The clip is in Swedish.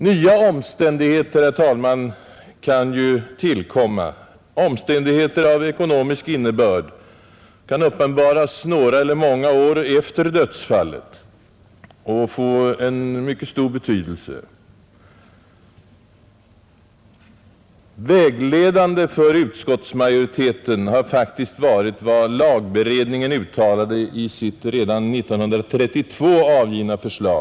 Nya omständigheter, herr talman, kan ju tillkomma; omständigheter av ekonomisk innebörd kan uppenbaras några eller många år efter dödsfallet, och dessa kan få en mycket stor betydelse. Vägledande för utskottsmajoriteten har faktiskt varit vad lagberedningen uttalade i sitt redan 1932 avgivna förslag.